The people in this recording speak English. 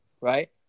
right